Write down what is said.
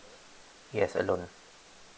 yes alone